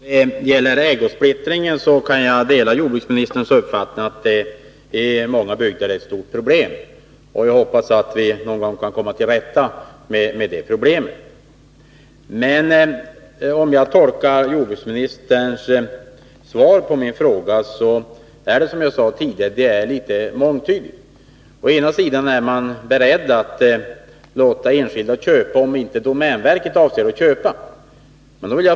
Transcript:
Herr talman! När det gäller ägosplittringen kan jag dela jordbruksministerns uppfattning att den i många bygder är ett stort problem, och jag hoppas att vi någon gång kan komma till rätta med det problemet. Jordbruksministerns svar på min fråga är, som jag sade tidigare, litet mångtydigt. Man är tydligen beredd att låta enskilda köpa skogsmark, om inte domänverket avser att köpa den.